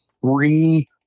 Three